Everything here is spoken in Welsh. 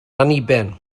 anniben